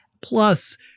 Plus